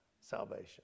salvation